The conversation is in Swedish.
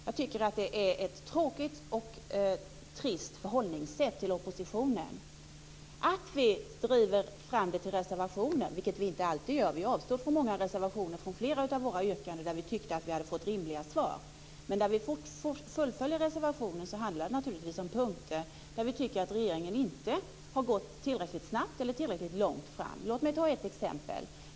Jag tycker att det är ett trist förhållningssätt till oppositionen. Vi avstod från reservationer avseende flera av våra yrkanden där vi tyckte att vi hade fått rimliga svar. I de fall där vi fullföljer yrkandena med reservationer handlar det naturligtvis om punkter där vi tycker att regeringen inte har gått fram tillräckligt snabbt eller inte gått tillräckligt långt. Låt mig ge ett exempel.